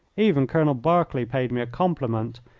even colonel berkeley paid me a compliment,